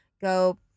go